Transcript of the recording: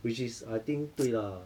which is I think 对啦